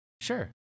sure